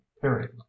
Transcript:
period